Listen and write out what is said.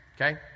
Okay